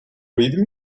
read